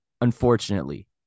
Unfortunately